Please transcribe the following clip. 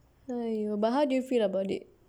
!aiyo! but how do you feel about it